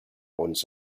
owns